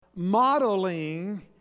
Modeling